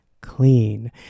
Clean